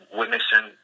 witnessing